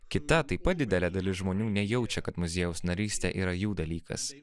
kita taip pat didelė dalis žmonių nejaučia kad muziejaus narystė yra jų dalykas